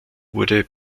wurde